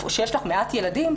כשיש לך מעט ילדים,